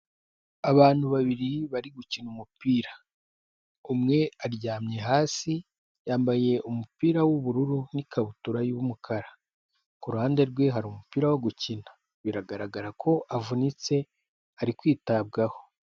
Abantu babiri bari gukina umupira umwe aryamye hasi yambaye umupira w'ubururu n'ikabutura y'umukara kuruhande rwe hari umupira wo gukina biragaragara ko avunitse ari kwitabwaho.